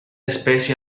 especie